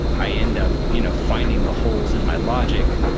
i end up you know finding the holes in my logic,